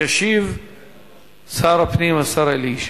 ישיב שר הפנים השר אלי ישי.